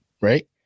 Right